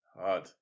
Hard